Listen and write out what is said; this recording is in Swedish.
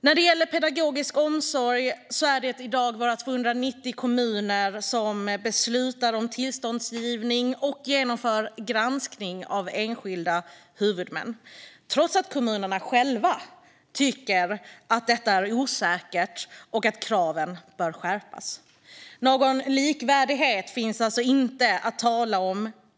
När det gäller pedagogisk omsorg är det i dag våra 290 kommuner som beslutar om tillståndsgivning och genomför granskning av enskilda huvudmän, trots att kommunerna själva tycker att detta är osäkert och att kraven bör skärpas. Någon likvärdighet finns alltså inte att tala om.